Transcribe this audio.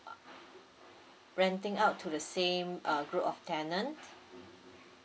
err renting out to the same uh group of tenants